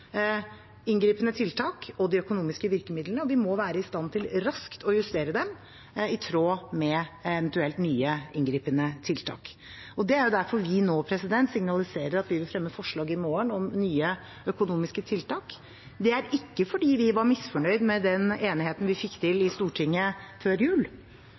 inngripende tiltakene og de økonomiske virkemidlene, og vi må være i stand til raskt å justere dem i tråd med eventuelle nye inngripende tiltak. Det er derfor vi nå signaliserer at vi vil fremme forslag i morgen om nye økonomiske tiltak. Det er ikke fordi vi var misfornøyde med den enigheten vi fikk til i Stortinget før jul,